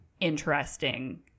interesting